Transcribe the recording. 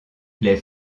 les